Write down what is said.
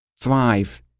thrive